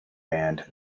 band